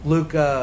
Luke